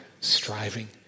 striving